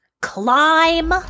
Climb